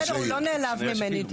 בסדר, הוא לא נעלב ממני.